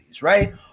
right